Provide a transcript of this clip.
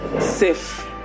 safe